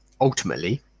ultimately